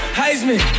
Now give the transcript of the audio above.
heisman